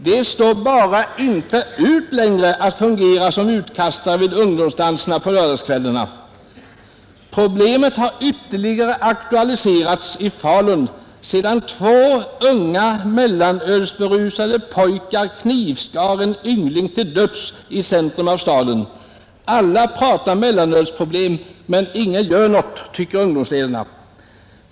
De står bara inte ut längre att fungera som utkastare vid ungdomsdanserna på lördagskvällarna. Problemet har ytterligare aktualiserats i Falun sedan två unga mellanölsberusade pojkar knivskar en yngling till döds i centrum av staden. Alla pratar om mellanölsproblem men ingen gör något, tycker ungdomsledarna.